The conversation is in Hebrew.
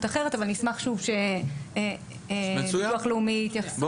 אחרת אבל אני אשמח שביטוח לאומי יתייחס.